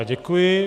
Děkuji.